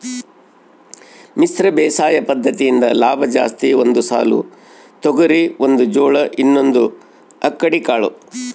ಮಿಶ್ರ ಬೇಸಾಯ ಪದ್ದತಿಯಿಂದ ಲಾಭ ಜಾಸ್ತಿ ಒಂದು ಸಾಲು ತೊಗರಿ ಒಂದು ಜೋಳ ಇನ್ನೊಂದು ಅಕ್ಕಡಿ ಕಾಳು